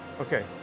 Okay